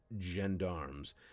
gendarmes